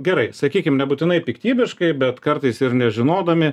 gerai sakykim nebūtinai piktybiškai bet kartais ir nežinodami